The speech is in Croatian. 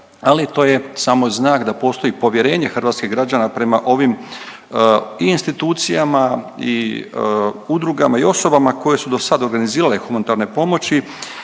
ali to je samo znak da postoji povjerenje hrvatskih građana prema ovim i institucijama i udrugama i osobama koje su dosad organizirale humanitarne pomoći